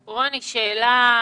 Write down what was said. רוני, שאלה